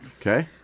okay